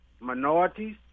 minorities